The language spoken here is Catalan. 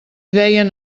deien